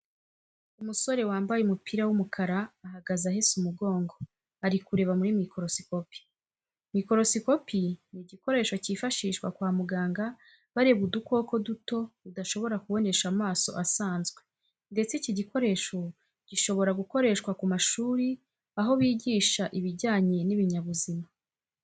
Umusore wambaye umupira w'umukara ahagaze ahese umugongo, ari kureba muri mikorosikopi. Mikorosikopi ni igikoresho kifashishwa kwa muganga bareba udukoko duto udashobora kubonesha amaso asanzwe ndetse iki gikoresho gishobora gukoreshwa ku mashuri, aho bigisha ibijyanye n'ibinyabuzima.